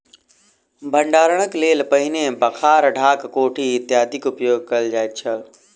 भंडारणक लेल पहिने बखार, ढाक, कोठी इत्यादिक उपयोग कयल जाइत छल